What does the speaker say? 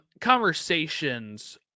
conversations